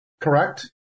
correct